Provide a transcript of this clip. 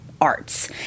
arts